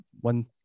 one